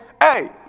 hey